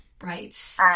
Right